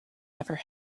never